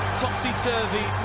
topsy-turvy